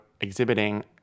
exhibiting